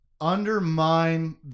undermine